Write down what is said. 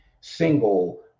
single